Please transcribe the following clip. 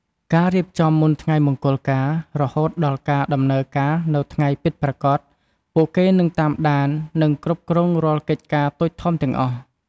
ការរៀបចំមុនថ្ងៃមង្គលការ រហូតដល់ការដំណើរការនៅថ្ងៃពិតប្រាកដ ពួកគេនឹងតាមដាន និងគ្រប់គ្រងរាល់កិច្ចការតូចធំទាំងអស់។